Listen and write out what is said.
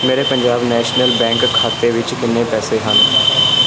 ਮੇਰੇ Punjab National Bank ਖਾਤੇ ਵਿੱਚ ਕਿੰਨੇ ਪੈਸੇ ਹਨ